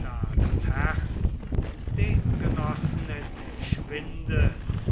da das herz den genossen entschwindet